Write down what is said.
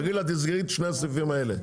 תגיד לה תסגרי את שני הסניפים האלה.